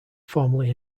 formerly